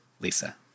Lisa